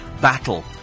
battle